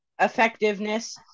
effectiveness